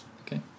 Okay